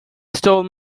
stole